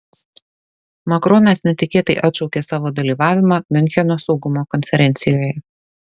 makronas netikėtai atšaukė savo dalyvavimą miuncheno saugumo konferencijoje